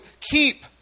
keep